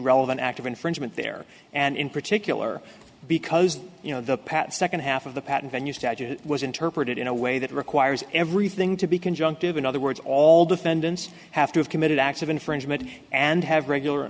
relevant act of infringement there and in particular because you know the pat second half of the patent venue statute was interpreted in a way that requires everything to be conjunctive in other words all defendants have to have committed acts of infringement and have regular